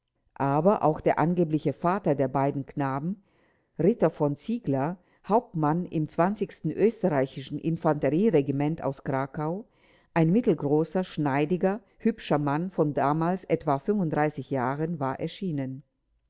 aber auch der angebliche vater der beiden knaben ritter v ziegler hauptmann im österreichischen infanterieregiment aus krakau ein mittelgroßer schneidiger hübscher mann von damals etwa jahren war erschienen